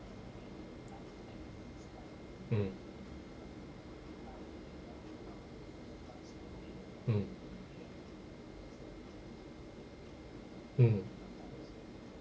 mm mm mm